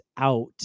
out